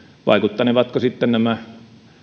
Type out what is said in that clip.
vaikuttavatko sitten nämä